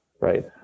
right